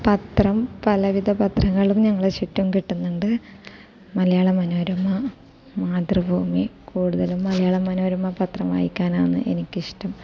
പത്രം പലവിധ പത്രങ്ങളും ഞങ്ങളെ ചുറ്റും കിട്ടുന്നുണ്ട് മലയാള മനോരമ മാതൃഭൂമി കൂടുതലും മലയാള മനോരമ പത്രം വായിക്കാനാണ് എനിക്കിഷ്ടം